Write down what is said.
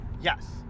Yes